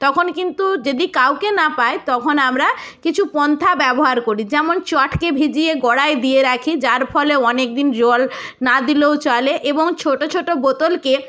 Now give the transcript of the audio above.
তখন কিন্তু যদি কাউকে না পাই তখন আমরা কিছু পন্থা ব্যবহার করি যেমন চটকে ভিজিয়ে গোড়ায় দিয়ে রাখি যার ফলে অনেক দিন জল না দিলেও চলে এবং ছোটো ছোটো বোতলকে